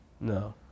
No